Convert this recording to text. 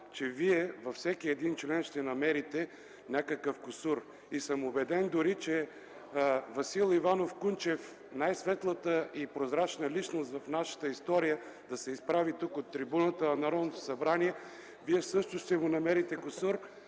че Вие във всеки един член ще намерите някакъв кусур. Убеден съм, че дори Васил Иванов Кунчев – най-светлата и прозрачна личност в нашата история, да се изправи тук, пред трибуната на Народното събрание, Вие сигурно също ще му намерите кусур.